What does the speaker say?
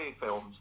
films